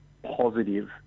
Positive